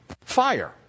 Fire